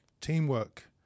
teamwork